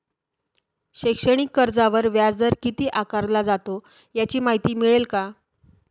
शैक्षणिक कर्जावर व्याजदर किती आकारला जातो? याची माहिती मिळेल का?